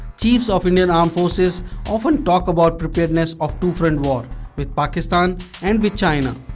chiefs of indian armed forces often talk about preparedness of two front war with pakistan and with china.